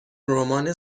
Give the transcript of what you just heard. رمان